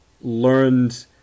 learned